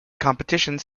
competitions